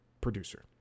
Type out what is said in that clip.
producer